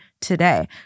today